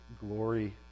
glory